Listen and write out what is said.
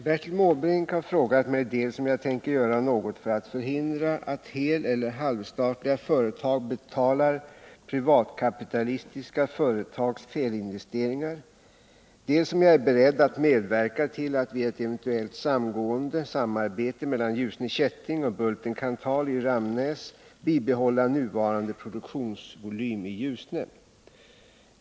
Herr talman! Bertil Måbrink har frågat mig dels om jag tänker göra något för att hindra att heleller halvstatliga företag betalar privatkapitalistiska företags felinvesteringar, dels om jag är beredd att medverka till att vid ett eventuellt samgående/samarbete mellan Ljusne Kätting och Bulten-Kanthal i Ramnäs bibehålla nuvarande produktionsvolym i Ljusne.